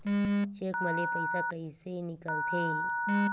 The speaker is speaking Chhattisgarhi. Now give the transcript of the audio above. चेक म ले पईसा कइसे निकलथे?